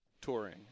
touring